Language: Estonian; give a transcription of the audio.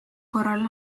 korral